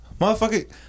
Motherfucker